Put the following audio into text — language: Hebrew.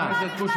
אדוני.